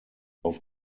auf